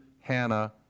Hannah